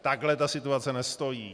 Takhle ta situace nestojí.